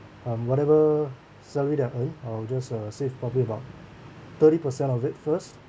um whatever salary I earn I'll just uh save probably about thirty percent of it first